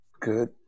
Good